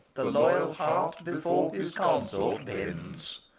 the loyal heart before his consort bends.